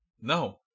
No